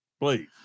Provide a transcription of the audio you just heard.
Please